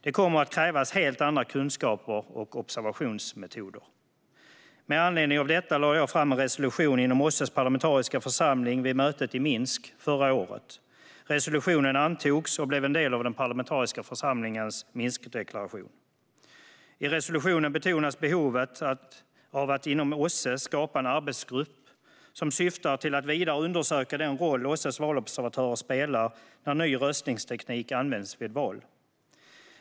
Det kommer att krävas helt andra kunskaper och observationsmetoder. Med anledning av detta lade jag fram en resolution inom OSSE:s parlamentariska församling vid mötet i Minsk förra året. Resolutionen antogs och blev en del av den parlamentariska församlingens Minskdeklaration. I resolutionen betonas behovet av att inom OSSE skapa en arbetsgrupp som syftar till att vidare undersöka den roll OSSE:s valobservatörer spelar när ny röstningsteknik används vid val.